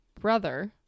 brother